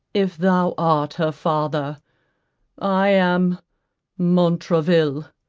if thou art her father i am montraville.